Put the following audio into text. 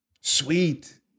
sweet